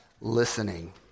listening